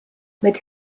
mit